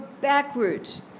backwards